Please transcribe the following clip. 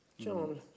John